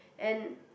and